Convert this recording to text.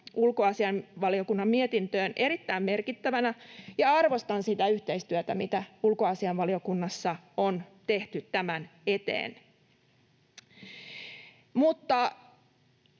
ulkoasiainvaliokunnan mietintöön erittäin merkittävinä ja arvostan sitä yhteistyötä, mitä ulkoasiainvaliokunnassa on tehty tämän eteen.